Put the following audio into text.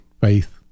faith